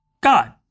God